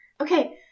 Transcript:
Okay